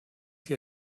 die